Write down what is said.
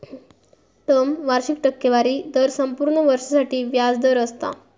term वार्षिक टक्केवारी दर संपूर्ण वर्षासाठी व्याज दर असता